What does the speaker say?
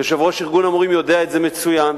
יושב-ראש ארגון המורים יודע את זה מצוין,